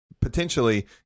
potentially